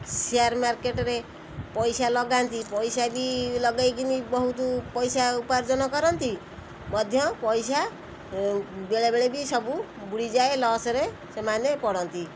share ମାର୍କେଟ୍ରେ ପଇସା ଲଗାନ୍ତି ପଇସା ବି ଲଗେଇକିନି ବହୁତ ପଇସା ଉପାର୍ଜନ କରନ୍ତି ମଧ୍ୟ ପଇସା ବେଳେବେଳେ ବି ସବୁ ବୁଡ଼ିଯାଏ ଲସ୍ରେ ସେମାନେ ପଡ଼ନ୍ତି